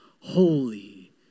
Holy